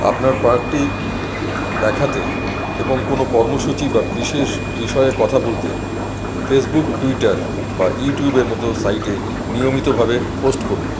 আপনার পার্কটি দেখাতে এবং কোনো কর্মসূচি বা বিশেষ বিষয়ে কথা বলতে ফেসবুক টুইটার বা ইউটিউবের মতো সাইটে নিয়মিতভাবে পোস্ট করুন